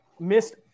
Missed